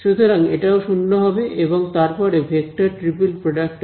সুতরাং এটাও শূন্য হবে এবং তারপরে ভেক্টর ট্রিপল প্রডাক্ট আছে